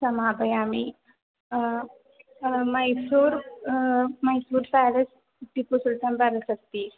समापयामि Mysore Mysore palace Tipu Sultan palace अस्ति